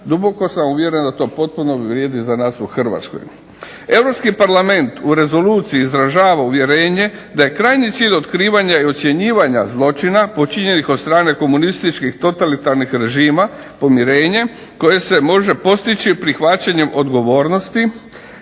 Duboko sam uvjeren da to potpuno vrijedi za nas u Hrvatskoj. Europski parlament u rezoluciji izražava uvjerenje da je krajnji cilj otkrivanja i ocjenjivanja zločina počinjenih od strane komunističkih totalitarnih režima pomirenje koje se može postići prihvaćanjem odgovornosti